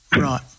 Right